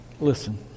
listen